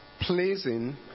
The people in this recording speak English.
pleasing